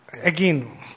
again